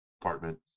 apartment